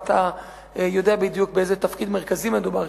ואתה יודע בדיוק באיזה תפקיד מרכזי מדובר,